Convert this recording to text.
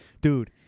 dude